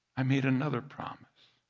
i made another promise.